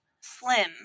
slim